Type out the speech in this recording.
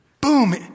boom